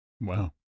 Wow